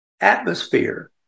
atmosphere